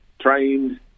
trained